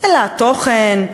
אלא התוכן,